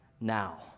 Now